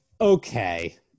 Okay